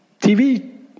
TV